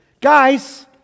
Guys